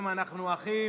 אנחנו אחים,